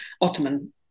Ottoman